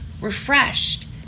refreshed